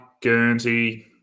Guernsey